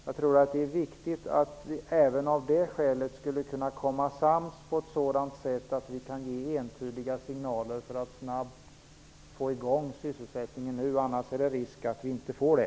Jag tror att det är viktigt att vi även av det skälet kan komma sams på sådant sätt att vi kan ge entydiga signaler för att snabbt få i gång sysselsättningen nu. Annars är det risk att vi inte får det.